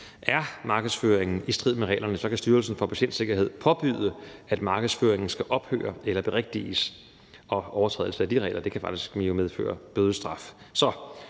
Er markedsføringen i strid med reglerne, kan Styrelsen for Patientsikkerhed påbyde, at markedsføringen skal ophøre eller berigtiges, og en overtrædelse af de regler kan jo faktisk medføre bødestraf.